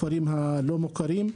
בכפרים הלא מוכרים לא מחוברים לחשמל.